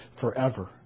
forever